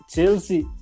Chelsea